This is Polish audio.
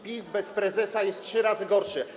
PiS bez prezesa jest trzy razy gorszy.